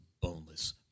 boneless